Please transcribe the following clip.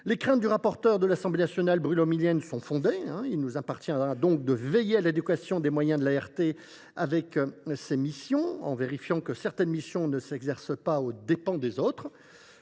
Les craintes du rapporteur de l’Assemblée nationale, Bruno Millienne, sont fondées. Il nous appartiendra donc de veiller à l’adéquation des moyens de l’ART avec ses missions en vérifiant que certaines ne s’exercent pas aux dépens d’autres.